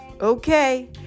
okay